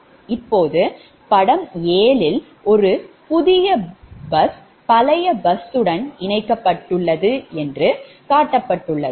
இப்போது படம் 7யில் ஒரு புதிய பஸ் பழைய பஸ்ஸுடன் இணைக்கப்பட்டுள்ளது என்று காட்டப்பட்டது